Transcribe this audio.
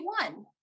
one